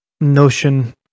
notion